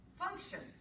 functions